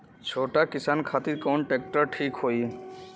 छोट किसान खातिर कवन ट्रेक्टर ठीक होई?